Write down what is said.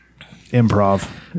Improv